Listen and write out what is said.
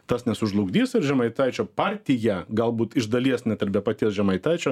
tas nesužlugdys ir žemaitaičio partija galbūt iš dalies net ir be paties žemaitaičio